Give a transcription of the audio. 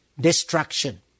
destruction